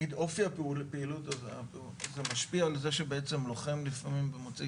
אופי הפעילות משפיע על זה שלוחם לפעמים במוצאי